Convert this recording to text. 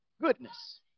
Goodness